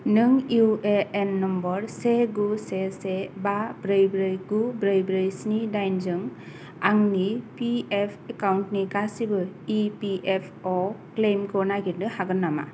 नों U A N number से गु से से बा ब्रै ब्रै गु ब्रै ब्रै स्नि दाइनजों आंनि पि एफ एकाउन्टनि गासैबो इ पि एफ अ क्लेइमखौ नागिरनो हागोन नामा